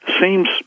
seems